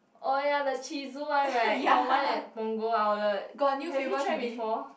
oh ya the Chiizu one right got one at Punggol outlet have you tried before